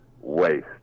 waste